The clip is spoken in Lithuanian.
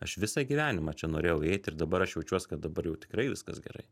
aš visą gyvenimą čia norėjau eit ir dabar aš jaučiuos kad dabar jau tikrai viskas gerai